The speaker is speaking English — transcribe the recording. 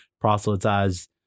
proselytize